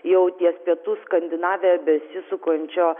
jau ties pietų skandinavija besisukančio